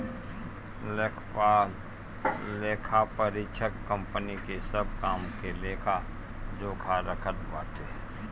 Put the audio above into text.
लेखापरीक्षक कंपनी के सब काम के लेखा जोखा रखत बाटे